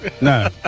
No